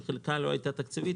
שחלקה לא היה תקציבי,